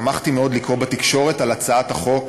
שמחתי מאוד לקרוא בתקשורת על הצעת החוק